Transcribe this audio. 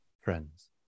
friends